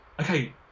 okay